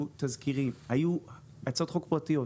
התשפ"ב-2022,